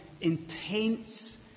intense